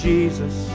Jesus